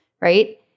Right